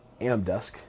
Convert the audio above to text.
Amdusk